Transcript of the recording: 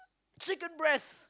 chicken breast